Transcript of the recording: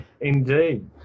Indeed